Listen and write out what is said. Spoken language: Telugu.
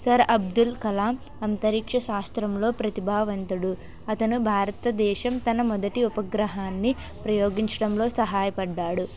సార్ అబ్దుల్ కలాం అంతరిక్ష శాస్త్రంలో ప్రతిభావంతుడు అతను భారతదేశం తన మొదటి ఉపగ్రహాన్ని ప్రయోగించడంలో సహాయపడ్డాడు